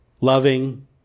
loving